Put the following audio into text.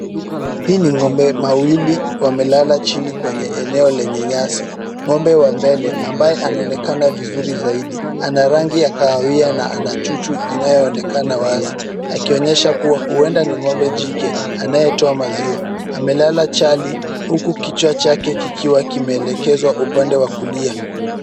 Hii ni ng'ombe mawili wamelala chini kwenye eneo lenye nyasi.Ng'ombe wa mbele ambaye anaonekana vizuri zaidi ana rangi ya kahawia na ana chuchu inayoonekana wazi. Akionyesha kuwa huenda ni ng'ombe jike anayetoa maziwa. Amelala chali huku kichwa chake kikiwa kimeelekezwa upande wa kulia.